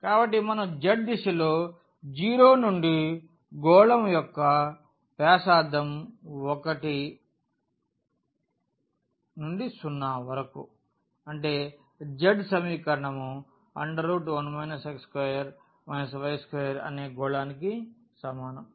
కాబట్టి మనం z దిశ లో 0 నుండి గోళం యొక్క వ్యాసార్థం 1 0 వరకు అంటే z సమీకరణం 1 x2 y2 అనే గోళానికి సమానం